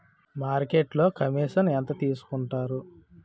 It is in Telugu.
మార్కెట్లో కమిషన్ ఎంత తీసుకొంటారు?